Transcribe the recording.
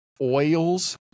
oils